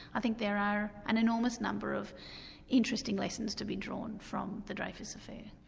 i think there are an enormous number of interesting lessons to be drawn from the dreyfus affair.